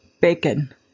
bacon